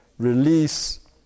Release